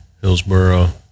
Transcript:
Hillsboro